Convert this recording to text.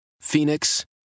Phoenix